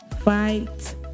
fight